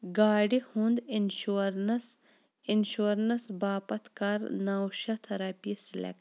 گاڑِ ہُنٛد insurance insurance باپَتھ کَر نَو شٮ۪تھ رۄپیہِ سِلٮ۪کٹ